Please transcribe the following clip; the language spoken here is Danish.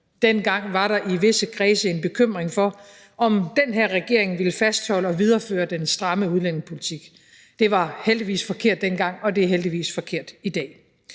Dengang var der i visse kredse en bekymring for, om den her regering ville fastholde og videreføre den stramme udlændingepolitik. Det var heldigvis forkert dengang, og det er heldigvis forkert i dag.